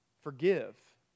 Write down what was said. Forgive